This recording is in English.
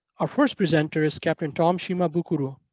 our first presenter is dr. and tom shimabukuro.